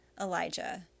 Elijah